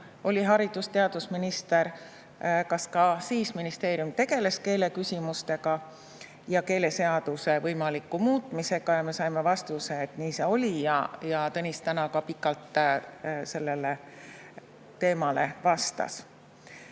oli haridus‑ ja teadusminister, ministeerium tegeles keeleküsimustega ja keeleseaduse võimaliku muutmisega, ja me saime vastuse, et nii see oli, ja Tõnis täna pikalt sellele teemale vastas.